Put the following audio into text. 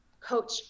coach